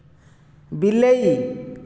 ବିଲେଇ